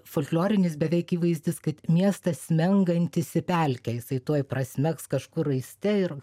folklorinis beveik įvaizdis kad miestas smengantis į pelkę jisai tuoj prasmegs kažkur raiste ir